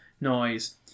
noise